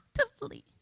actively